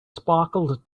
sparkled